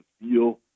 feel